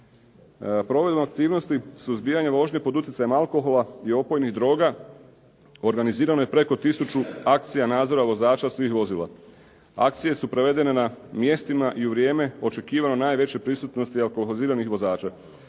Provedbom aktivnosti suzbijanja vožnje pod utjecajem alkohola i opojnih droga organizirano je preko tisuću akcija nadzora vozača svih vozila. Akcije su provedene na mjestima i u vrijeme očekivano najveće prisutnosti alkoholiziranih vozača.